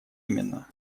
именно